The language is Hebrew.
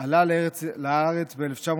"עלה לארץ ב-1906",